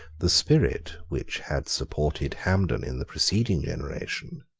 the spirit which had supported hampden in the preceding generation,